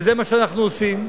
וזה מה שאנחנו עושים,